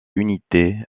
unité